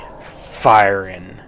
Firing